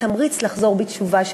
תמריץ לחזור בתשובה,